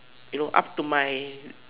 you know up to my